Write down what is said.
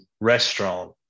restaurant